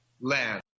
land